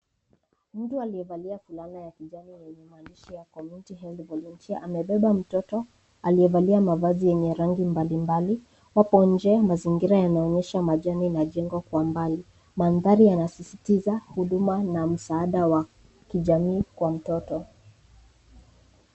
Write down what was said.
Mtu aliyevalia fulana ya kijani yenye maandishi ya, community health volunteer amebeba mtoto, aliyevalia mavazi yenye rangi mbalimbali. Wapo nje, mazingira yanaonyesha majani na jengo kwa mbali. Mandhari yanasisitiza huduma na msaada wa kijamii kwa mtoto.